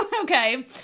Okay